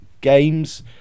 Games